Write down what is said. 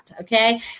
okay